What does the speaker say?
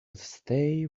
stay